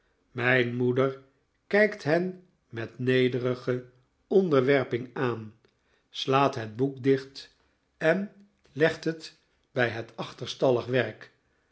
mijn moeder kijkt hen met nederige onderwerping aan slaat het boek dicht en legt het bij het achterstallige werk